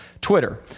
Twitter